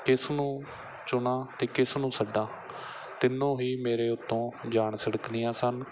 ਕਿਸ ਨੂੰ ਚੁਣਾ ਅਤੇ ਕਿਸ ਨੂੰ ਛੱਡਾਂ ਤਿੰਨੋਂ ਹੀ ਮੇਰੇ ਉੱਤੋਂ ਜਾਨ ਛਿੜਕਦੀਆਂ ਸਨ